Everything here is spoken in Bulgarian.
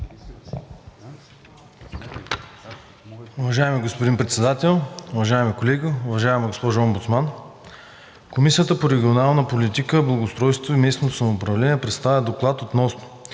Благодаря, господин Председател. Уважаеми колеги, уважаема госпожо Омбудсман! Комисията по регионална политика, благоустройство и местно самоуправление представя: „ДОКЛАД относно